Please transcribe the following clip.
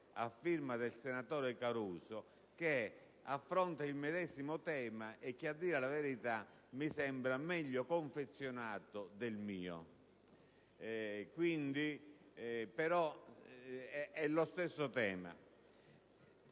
a firma del senatore Caruso, che affronta il medesimo tema e che - a dire la verità - mi sembra meglio confezionato del mio. Si interviene